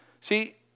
See